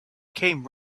came